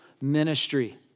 ministry